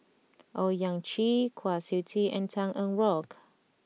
Owyang Chi Kwa Siew Tee and Tan Eng Bock